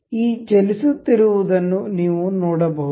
ಈ ಚಲಿಸುತ್ತಿರುವದನ್ನು ನೀವು ನೋಡಬಹುದು